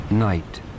Night